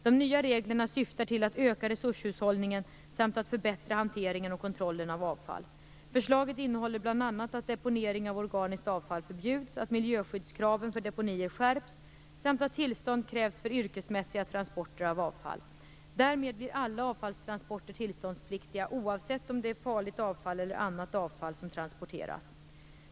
De nya reglerna syftar till att öka resurshushållningen samt att förbättra hanteringen och kontrollen av avfall. Förslaget innehåller bl.a. att deponering av organiskt avfall förbjuds, att miljöskyddskraven för deponier skärps samt att tillstånd krävs för yrkesmässiga transporter av avfall. Därmed blir alla avfallstransporter tillståndspliktiga oavsett om det är farligt avfall eller annat avfall som transporteras.